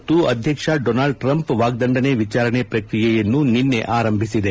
ಅಮೆರಿಕದ ಸಂಸತ್ತು ಅಧ್ಯಕ್ಷ ಡೊನಾಲ್ಡ್ ಟ್ರಂಪ್ ವಾಗ್ದಂಡನೆ ವಿಚಾರಣೆ ಪ್ರಕ್ರಿಯೆಯನ್ನು ನಿನ್ನೆ ಆರಂಭಿಸಿದೆ